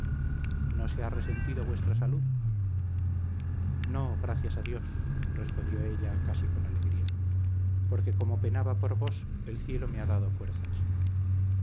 no se ha resentido vuestra salud no a dios gracias respondió ella casi con alegría porque como penaba por vos el cielo me ha dado fuerzas